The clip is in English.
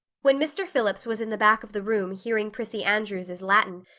when mr. phillips was in the back of the room hearing prissy andrews's latin,